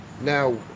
Now